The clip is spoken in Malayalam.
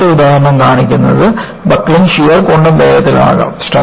മൂന്നാമത്തെ ഉദാഹരണം കാണിക്കുന്നത് ബക്കിംഗ് ഷിയർ കൊണ്ടും വേഗത്തിൽ ആകാം